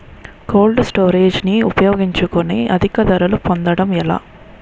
Cold storage ని ఉపయోగించుకొని అధిక ధరలు పొందడం ఎలా?